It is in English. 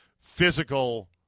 physical